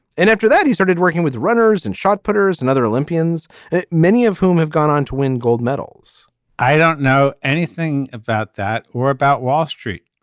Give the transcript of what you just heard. and after that he started working with runners and shot putters and other olympians many of whom have gone on to win gold medals i don't know anything about that that or about wall street.